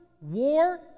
war